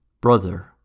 Brother